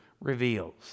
reveals